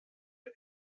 der